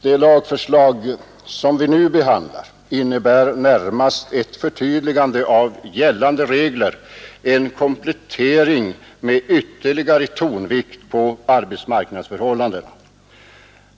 Det lagförslag som vi nu behandlar innebär närmast ett förtydligande av gällande regler och en komplettering med ytterligare tonvikt på arbetsmarknadsförhållandena.